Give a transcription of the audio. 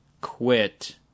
quit